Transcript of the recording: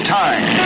time